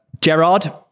Gerard